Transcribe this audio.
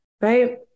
right